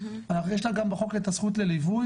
יש לה גם בחוק את הזכות לליווי,